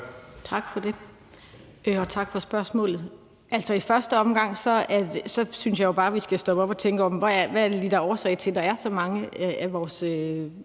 Tak for det, og tak for spørgsmålet. I første omgang synes jeg jo bare, at vi skal stoppe op og tænke over, hvad der lige er årsagen til, at der er så mange af vores